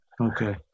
Okay